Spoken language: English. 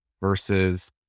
versus